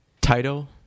Title